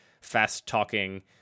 fast-talking